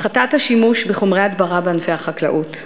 הפחתת השימוש בחומרי הדברה בענפי החקלאות,